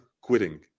quitting